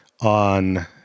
on